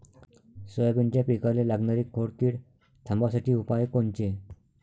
सोयाबीनच्या पिकाले लागनारी खोड किड थांबवासाठी उपाय कोनचे?